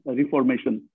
reformation